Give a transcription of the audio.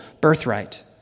birthright